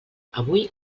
avui